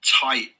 tight